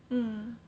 mm